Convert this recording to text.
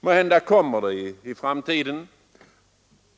Måhända kommer det också en sådan trafik i framtiden.